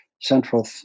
central